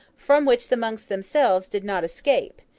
from which the monks themselves did not escape,